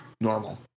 normal